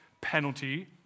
penalty